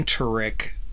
enteric